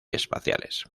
espaciales